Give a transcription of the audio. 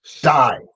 die